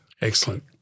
Excellent